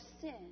sin